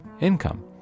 income